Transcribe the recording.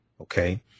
Okay